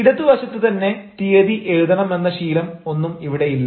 ഇടതുവശത്ത് തന്നെ തീയതി എഴുതണമെന്ന ശീലം ഒന്നും ഇവിടെ ഇല്ല